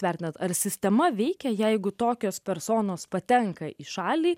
vertinate ar sistema veikia jeigu tokios personos patenka į šalį